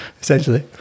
essentially